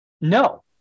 No